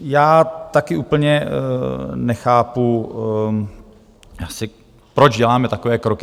Já taky úplně nechápu, proč děláme takové kroky.